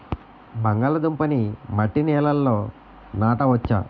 బంగాళదుంప నీ మట్టి నేలల్లో నాట వచ్చా?